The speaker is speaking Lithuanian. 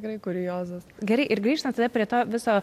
tikrai kuriozas gerai ir grįžtant prie to viso